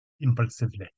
impulsively